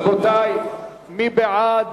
רבותי, מי בעד,